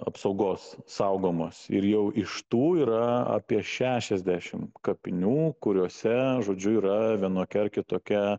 apsaugos saugomos ir jau iš tų yra apie šešiasdešim kapinių kuriose žodžiu yra vienokia ar kitokia